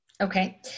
Okay